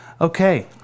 Okay